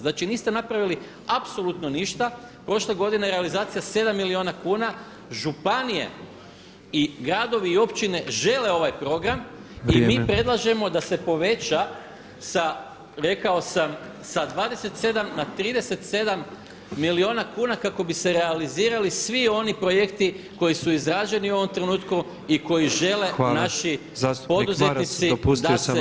Znači niste napravili apsolutno ništa, prošle godine realizacija 7 milijuna kuna, županije i gradovi i općine žele ovaj program i mi predlažemo da se poveća sa, rekao sam sa 27 na 37 milijuna kuna kako bi se realizirali svi oni projekti koji su izraženi u ovom trenutku i koji žele naši poduzetnici da se realiziraju.